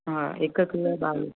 हा हिकु किलो या ॿावीह